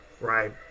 right